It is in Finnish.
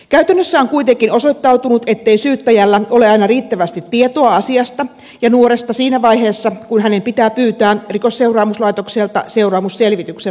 käytännössä on kuitenkin osoittautunut ettei syyttäjällä ole aina riittävästi tietoa asiasta ja nuoresta siinä vaiheessa kun hänen pitää pyytää rikosseuraamuslaitokselta seuraamusselvityksen laatimista